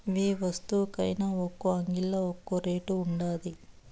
యే వస్తువుకైన ఒక్కో అంగిల్లా ఒక్కో రేటు ఉండాది